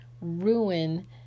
ruin